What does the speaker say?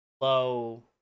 low